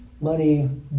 money